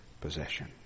possession